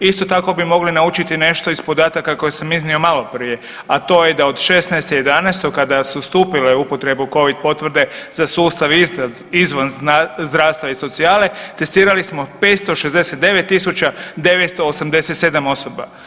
Isto tako bi mogli naučiti nešto iz podataka koje sam iznio maloprije, a to je da od 16.11. kada su stupila u upotrebu Covid potvrde za sustav izvan zdravstva i socijale testirali smo 569.987 osoba.